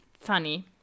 Funny